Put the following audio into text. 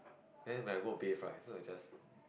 then when I walk bath right so I just